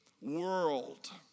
world